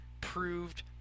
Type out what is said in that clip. proved